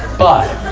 but,